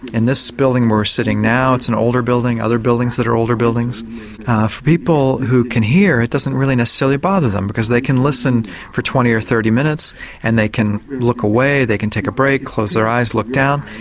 in this building we're sitting now, it's an older building, other buildings that are older buildings, for people who can hear it doesn't really necessarily bother them because they can listen for twenty or thirty minutes and they can look away, they can take a break, close their eyes, look down.